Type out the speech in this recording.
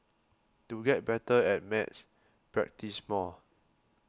to get better at maths practise more